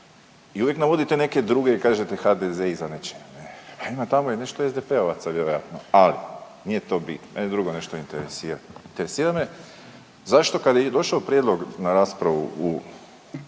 i uvijek navodite neke druge i kažete HDZ je iza nečega. Pa ima tamo i nešto SDP-ovaca. Ali nije to bit. Mene drugo nešto interesira. Interesira me zašto kada je došao prijedlog na raspravu u